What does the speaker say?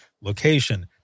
location